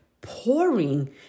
pouring